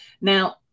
Now